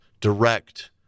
direct